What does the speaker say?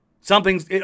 something's